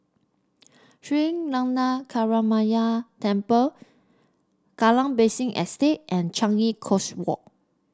Sri Lankaramaya Temple Kallang Basin Estate and Changi Coast Walk